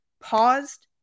paused